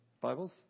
Bibles